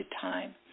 time